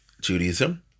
Judaism